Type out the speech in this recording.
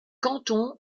canton